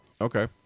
Okay